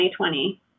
2020